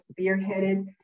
spearheaded